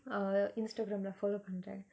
uh instagram lah follow பன்ர:panra